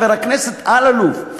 חבר הכנסת אלאלוף,